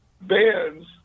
bands